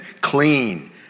clean